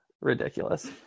Ridiculous